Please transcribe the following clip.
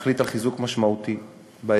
להחליט על חיזוק משמעותי באזור,